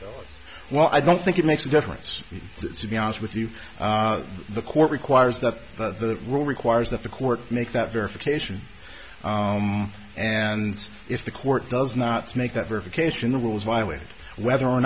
honor well i don't think it makes a difference to be honest with you the court requires that the rule requires that the court make that verification and if the court does not make that verification the rules violated whether or